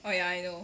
oh ya I know